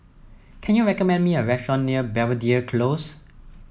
can you recommend me a restaurant near Belvedere Close